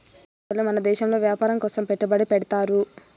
ఏరే దేశాలు మన దేశంలో వ్యాపారం కోసం పెట్టుబడి పెడ్తారు